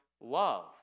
love